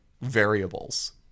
variables